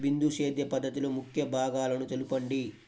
బిందు సేద్య పద్ధతిలో ముఖ్య భాగాలను తెలుపండి?